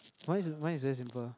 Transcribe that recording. mine is mine is very simple